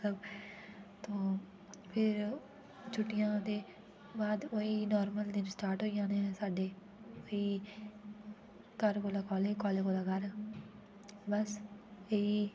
तो फिर छुट्टियें दे बाद होई नॉर्मल दिन स्टार्ट होई जाने साढ़े फ्ही घर कोला कॉलेज कॉलेज कोला घर बस ऐही